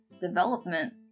development